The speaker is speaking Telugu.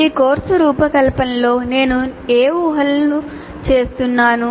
ఈ కోర్సు రూపకల్పనలో నేను ఏ ఊహలను చేస్తున్నాను